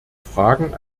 fragen